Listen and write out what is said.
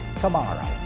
tomorrow